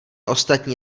ostatní